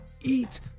Eat